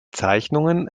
zeichnungen